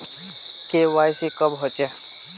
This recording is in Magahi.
के.वाई.सी कब होचे?